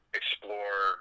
explore